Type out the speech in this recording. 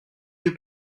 que